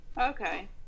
Okay